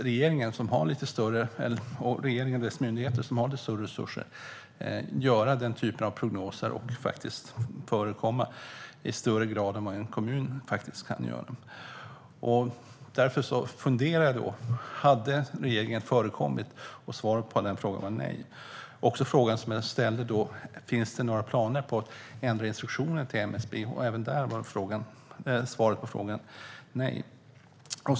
Regeringen och dess myndigheter som har större resurser kan göra den typen av prognoser och förekomma i större utsträckning än vad en kommun faktiskt kan göra. Därför funderade jag: Hade regeringen förekommit? Svaret på den frågan var nej. Jag ställde också frågan om det finns några planer på att ändra instruktionerna till MSB, och även där var svaret nej.